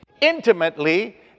intimately